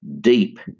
deep